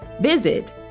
Visit